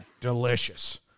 delicious